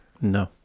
No